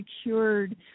secured